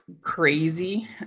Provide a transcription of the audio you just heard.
crazy